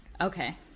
Okay